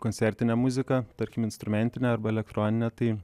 koncertinę muziką tarkim instrumentinę arba elektroninę tai